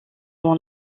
dans